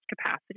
capacity